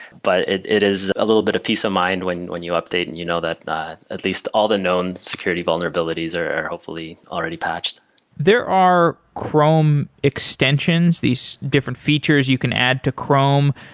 but it it is a little bit of peace of mind when when you update and you know that at least all the known security vulnerabilities are hopefully already patched there are chrome extensions, these different features you can add to chrome.